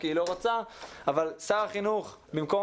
כי היא לא רוצה; אבל שר החינוך במקום